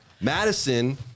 Madison